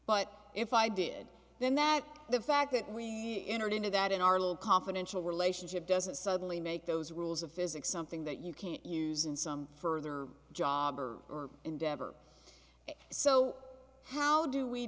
but if i did then that the fact that we entered into that in our little confidential relationship doesn't suddenly make those rules of physics something that you can't use in some further job or endeavor so how do we